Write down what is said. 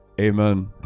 Amen